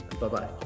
Bye-bye